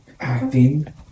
acting